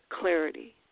clarity